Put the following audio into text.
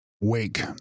Wake